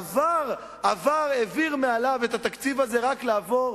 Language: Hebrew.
העביר מעליו את התקציב הזה רק כדי לעבור,